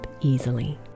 easily